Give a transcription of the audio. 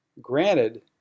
Granted